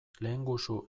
lehengusu